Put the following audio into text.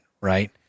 right